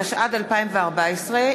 התשע"ד 2014,